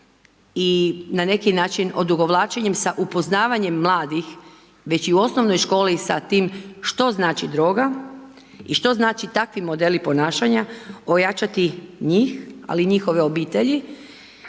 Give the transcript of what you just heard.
i na neki način odugovlačenjem sa upoznavanjem mladih već i u osnovnoj školi sa time što znači droga i što znače takvi modeli ponašanja, ojačati njih ali i njihove obitelji